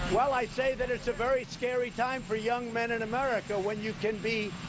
well, i'd say that it's a very scary time for young men in america when you can be